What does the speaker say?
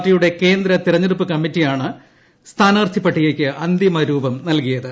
പാർട്ടിയുടെ കേന്ദ്ര തെരഞ്ഞെടുപ്പ് കമ്മിറ്റിയാണ് സ്ഥാനാർത്ഥിപട്ടികയ്ക്ക് അന്തിമ രൂപം നൽകിയത്